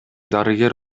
дарыгер